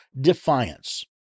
defiance